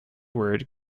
word